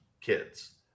kids